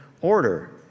order